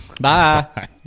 bye